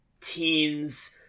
teens